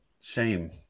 shame